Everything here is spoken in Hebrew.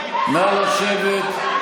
חצוף, נא לשבת.